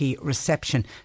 reception